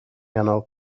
nghanol